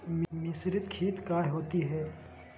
मिसरीत खित काया होती है?